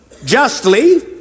Justly